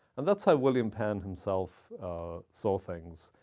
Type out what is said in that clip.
and that's how william penn himself saw things.